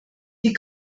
die